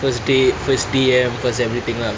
first date first D_M first everything lah